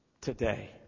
today